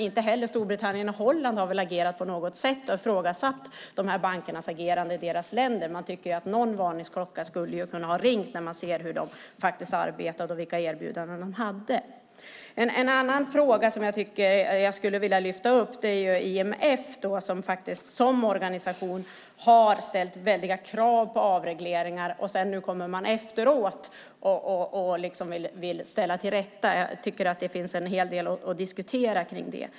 Inte heller Storbritannien och Holland har väl agerat på något sätt och ifrågasatt bankernas agerande i deras länder. Man kan tycka att någon varningsklocka skulle ha ringt när man såg hur bankerna arbetade och vilka erbjudanden de hade. En annan fråga som jag vill lyfta upp är att IMF som organisation har ställt väldiga krav på avregleringar. Nu kommer man efteråt och vill ställa till rätta. Det finns en hel del att diskutera kring det.